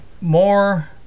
more